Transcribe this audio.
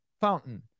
fountain